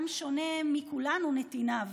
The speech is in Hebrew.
וגם שונה מכולנו, נתיניו: